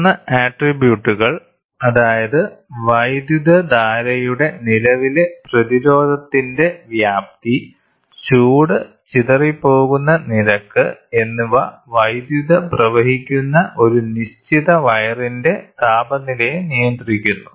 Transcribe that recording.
മൂന്ന് ആട്രിബ്യൂട്ടുകൾ അതായത് വൈദ്യുതധാരയുടെ നിലവിലെ പ്രതിരോധത്തിന്റെ വ്യാപ്തി ചൂട് ചിതറിപ്പോകുന്ന നിരക്ക് എന്നിവ വൈദ്യുത പ്രവഹിക്കുന്ന ഒരു നിശ്ചിത വയറിന്റെ താപനിലയെ നിയന്ത്രിക്കുന്നു